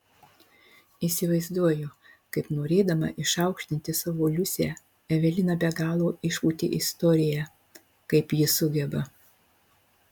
įsivaizduoju kad norėdama išaukštinti savo liusę evelina be galo išpūtė istoriją kaip ji sugeba